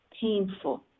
painful